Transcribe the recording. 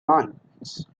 mines